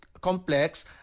complex